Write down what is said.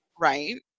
right